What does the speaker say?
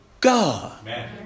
God